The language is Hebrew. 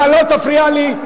אתה לא תפריע לי.